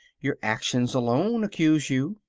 your actions alone accuse you.